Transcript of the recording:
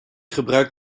gebruik